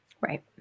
Right